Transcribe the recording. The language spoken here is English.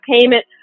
payment